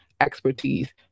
expertise